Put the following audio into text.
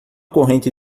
corrente